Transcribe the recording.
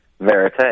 verite